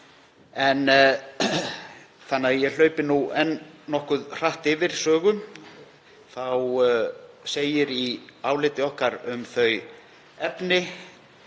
Þannig að ég hlaupi nú enn nokkuð hratt yfir sögu þá segir í áliti okkar: Um þau kæruefni